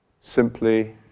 simply